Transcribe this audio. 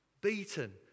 beaten